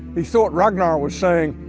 he thought ragnar was saying,